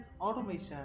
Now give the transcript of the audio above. automation